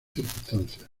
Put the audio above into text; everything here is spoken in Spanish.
circunstancias